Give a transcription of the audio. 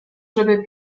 żeby